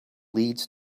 leads